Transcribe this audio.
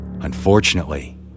Unfortunately